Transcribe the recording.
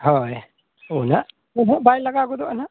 ᱦᱳᱭ ᱩᱱᱟᱹᱜ ᱫᱚ ᱦᱟᱜ ᱵᱟᱭ ᱞᱟᱜᱟᱣ ᱜᱚᱫᱚᱜᱼᱟ ᱦᱟᱜ